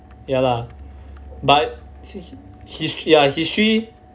ya lah but see history ah history